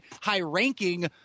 high-ranking